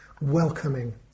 welcoming